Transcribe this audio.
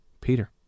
Peter